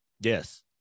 Yes